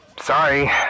Sorry